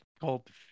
called